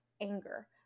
anger